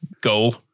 goal